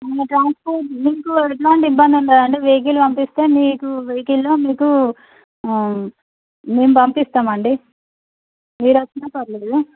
ఇంకా ట్రాన్స్పోర్ట్ మీకు ఎలాంటి ఇబ్బంది ఉండదండి వెహికల్ పంపిస్తే మీకు వెహికిల్లో మీకు మేము పంపిస్తామండి మీరు వచ్చినా పర్లేదు